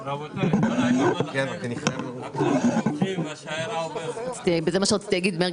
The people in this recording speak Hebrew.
14:00.